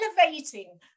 elevating